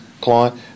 client